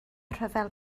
rhyfel